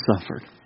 suffered